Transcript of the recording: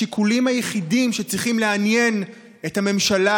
השיקולים היחידים שצריכים לעניין את הממשלה